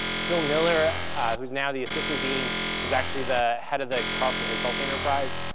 phil miller who's now the assistant dean was actually the head of the carlson consulting enterprise.